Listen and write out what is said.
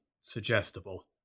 suggestible